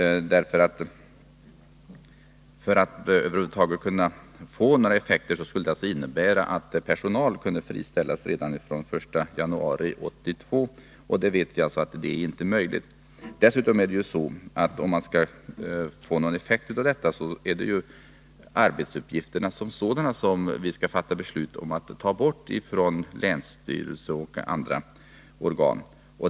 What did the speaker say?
För att det över huvud taget skulle kunna få några effekter måste personal friställas redan från den 1 januari 1982, och det är alltså inte möjligt. Dessutom är det så att om vi skall få någon effekt av detta, skall vi fatta beslut om att ta bort arbetsuppgifterna som sådana från länsstyrelse och andra organ.